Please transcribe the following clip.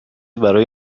برای